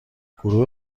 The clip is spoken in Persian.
گروه